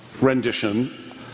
rendition